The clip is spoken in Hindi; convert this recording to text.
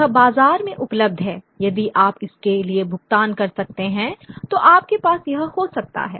यह बाजार में उपलब्ध है यदि आप इसके लिए भुगतान कर सकते हैं तो आपके पास यह हो सकता है